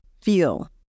feel